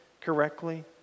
correctly